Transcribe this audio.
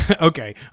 Okay